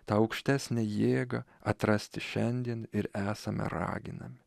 tą aukštesnę jėgą atrasti šiandien ir esame raginami